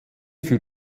für